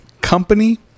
Company